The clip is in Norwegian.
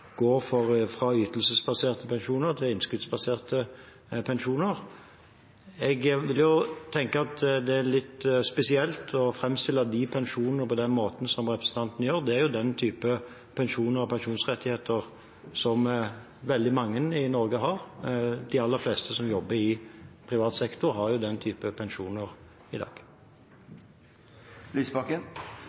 litt spesielt å fremstille disse pensjonene på den måten som representanten gjør. Det er jo den typen pensjoner og pensjonsrettigheter som veldig mange i Norge har. De aller fleste som jobber i privat sektor, har den type pensjoner i